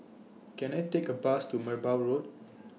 Can I Take A Bus to Merbau Road